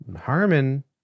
Harmon